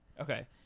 okay